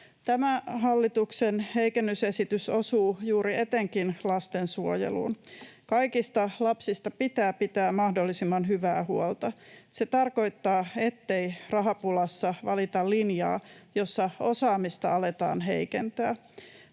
Tämä hallituksen heikennysesitys osuu etenkin juuri lastensuojeluun. Kaikista lapsista pitää pitää mahdollisimman hyvää huolta. Se tarkoittaa, ettei rahapulassa valita linjaa, jossa osaamista aletaan heikentää.